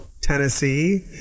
Tennessee